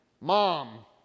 mom